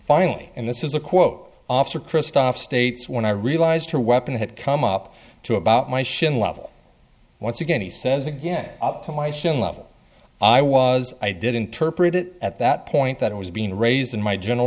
finally and this is a quote after christophe states when i realized her weapon had come up to about my shin level once again he says again up to my shin level i was i did interpret it at that point that it was being raised in my general